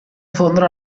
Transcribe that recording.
fondre